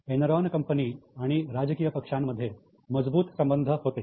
Enron company आणि राजकीय पक्षांमध्ये मजबूत संबंध होते